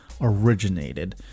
originated